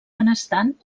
benestant